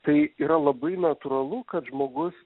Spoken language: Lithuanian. tai yra labai natūralu kad žmogus